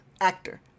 actor